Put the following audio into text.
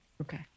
Okay